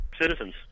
citizens